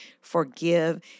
forgive